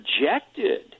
rejected